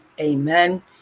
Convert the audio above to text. Amen